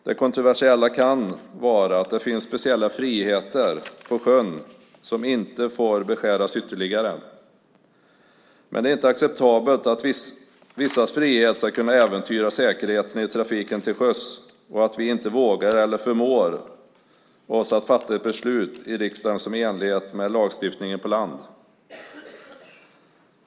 Det kontroversiella kan vara att det finns speciella friheter på sjön som inte får beskäras ytterligare. Men det är inte acceptabelt att vissas frihet ska kunna äventyra säkerheten i trafiken till sjöss av att vi inte vågar eller förmår oss att fatta ett beslut i riksdagen som är i enlighet med lagstiftningen på land.